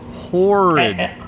horrid